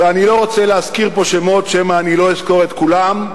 ואני לא רוצה להזכיר פה שמות שמא לא אזכור את כולם,